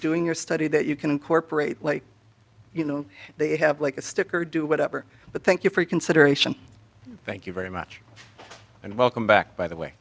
doing your study that you can incorporate like you know they have like a sticker do whatever but thank you for your consideration thank you very much and welcome back by the way